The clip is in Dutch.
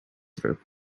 terug